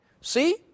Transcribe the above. See